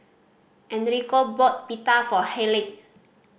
Enrico bought Pita for Hayleigh